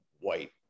white